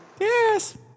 Yes